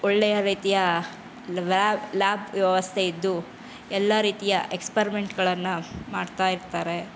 ಒಳ್ಳೆಯ ರೀತಿಯ ಲ್ಯಾಬ್ ವ್ಯವಸ್ಥೆ ಇದ್ದು ಎಲ್ಲ ರೀತಿಯ ಎಕ್ಸ್ಪರ್ಮೆಂಟುಗಳನ್ನು ಮಾಡ್ತಾ ಇರ್ತಾರೆ